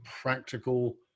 practical